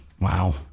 Wow